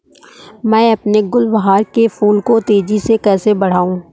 मैं अपने गुलवहार के फूल को तेजी से कैसे बढाऊं?